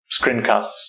screencasts